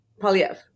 Polyev